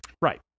Right